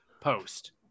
post